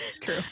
true